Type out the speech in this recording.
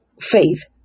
faith